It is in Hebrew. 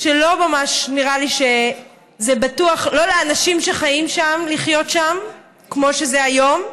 לא ממש נראה לי שזה בטוח לחיות שם כמו שזה היום,